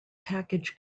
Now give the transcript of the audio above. package